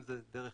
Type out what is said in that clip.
אם זה דרך